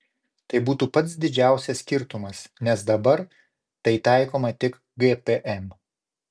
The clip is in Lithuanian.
tai būtų pats didžiausias skirtumas nes dabar tai taikoma tik gpm